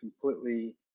completely